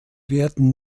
werden